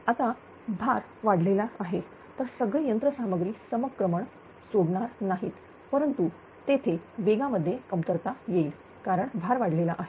आता भार वाढलेला आहे तर सगळे यंत्रसामग्री समक्रमण सोडणार नाहीत परंतु तेथे वेगामध्ये कमतरता येईल कारण भार वाढलेला आहे